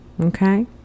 okay